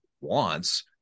wants